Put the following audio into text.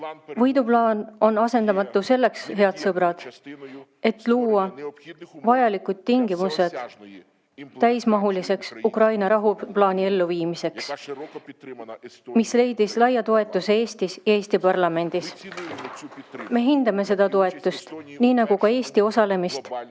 Võiduplaan on asendamatu selleks, head sõbrad, et luua vajalikud tingimused täismahuliseks Ukraina rahuplaani elluviimiseks, mis leidis laia toetuse Eesti parlamendis. Me hindame seda toetust, nii nagu ka Eesti osalemist